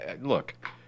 look –